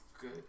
good